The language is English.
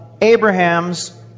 Abraham's